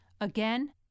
again